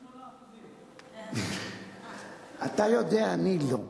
48%. אתה יודע, אני לא.